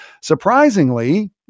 Surprisingly